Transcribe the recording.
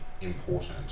important